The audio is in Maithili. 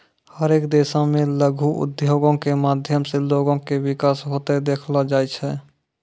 हरेक देशो मे लघु उद्योगो के माध्यम से लोगो के विकास होते देखलो जाय छै